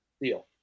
Deal